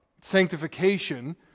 sanctification